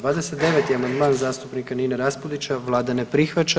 29. amandman zastupnika Nine Raspudića, Vlada ne prihvaća.